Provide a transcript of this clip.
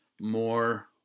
more